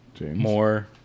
more